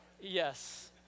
Yes